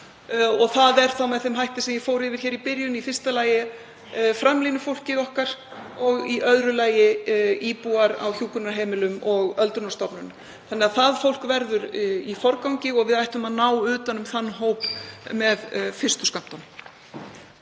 Það er þá með þeim hætti sem ég fór yfir hér í byrjun, í fyrsta lagi er það framlínufólkið okkar og í öðru lagi íbúar á hjúkrunarheimilum og öldrunarstofnunum. Það fólk verður í forgangi og við ættum að ná utan um þann hóp með fyrstu skömmtunum.